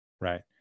right